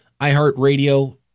iHeartRadio